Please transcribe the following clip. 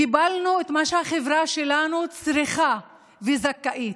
קיבלנו את מה שהחברה שלנו צריכה וזכאית,